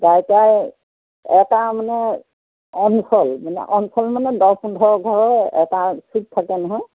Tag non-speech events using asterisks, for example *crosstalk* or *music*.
*unintelligible* এটা মানে অঞ্চল মানে অঞ্চল মানে দহ পোন্ধৰ ঘৰৰ এটা চুক থাকে নহয়